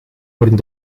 worden